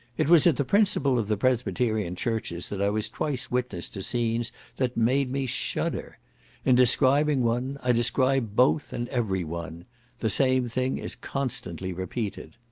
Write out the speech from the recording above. it was at the principal of the presbyterian churches that i was twice witness to scenes that made me shudder in describing one, i describe both and every one the same thing is constantly repeated.